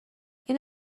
این